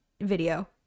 video